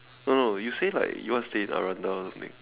no no you say like you want to stay in Aranda or something